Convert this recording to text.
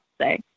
say